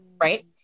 right